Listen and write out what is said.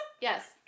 Yes